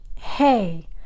hey